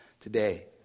today